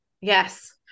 Yes